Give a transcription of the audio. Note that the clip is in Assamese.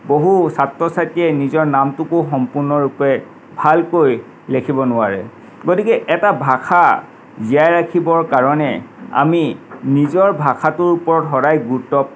বহু ছাত্ৰ ছাত্ৰীয়ে নিজৰ নামটোকো সম্পূৰ্ণৰূপে ভালকৈ লেখিব নোৱাৰে গতিকে এটা ভাষা জীয়াই ৰাখিবৰ কাৰণে আমি নিজৰ ভাষাটোৰ ওপৰত সদায় গুৰুত্ব